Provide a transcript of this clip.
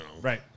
Right